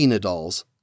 dolls